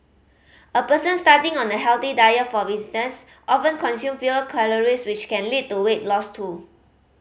a person starting on a healthy diet for instance often consume fewer calories which can lead to weight loss too